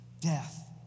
death